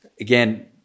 again